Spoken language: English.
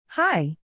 Hi